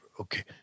Okay